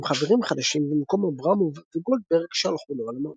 עם חברים חדשים במקום אברמוב וגולדברג שהלכו לעולמם.